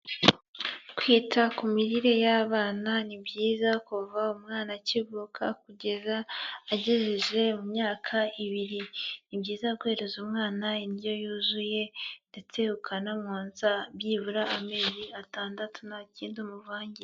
Kwita ku mirire y'abana ni byiza kuva umwana akivuka kugeza agejeje mu myaka ibiri, ni byiza guhereza umwana indyo yuzuye ndetse ukanamwonsa byibura amezi atandatu nta kindi umuvangiye.